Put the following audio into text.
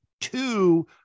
two